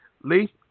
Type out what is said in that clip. Lee